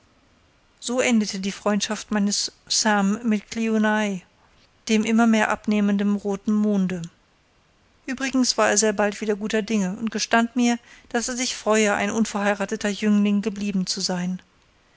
so endete die freundschaft meines sam mit kliuna ai dem immer mehr abnehmenden roten monde uebrigens war er sehr bald wieder guter dinge und gestand mir daß er sich freue ein unverheirateter jüngling geblieben zu sein